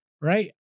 right